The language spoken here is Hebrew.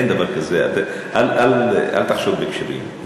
אל תחשוד בכשרים.